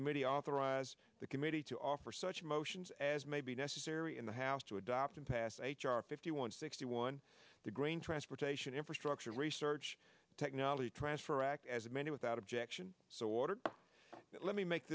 committee authorize the committee to offer such motions as may be necessary in the house to adopt and pass h r fifty one sixty one the grain transportation infrastructure research technology transfer act as many without objection so ordered let me make